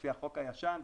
לפי החוק הישן,